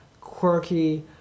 quirky